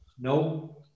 No